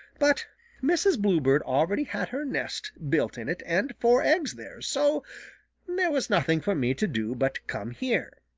but mrs. bluebird already had her nest built in it and four eggs there, so there was nothing for me to do but come here.